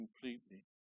completely